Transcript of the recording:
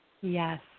Yes